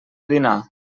dinar